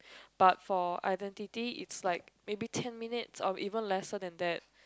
but for identity it's like maybe ten minutes or even lesser than that